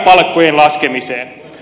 arvoisa puhemies